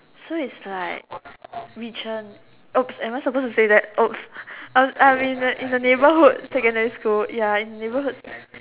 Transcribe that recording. so it's like regent oops am I suppose to say that oops I'm I'm in a in a neighbourhood secondary school ya in neighbourhood